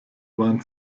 waren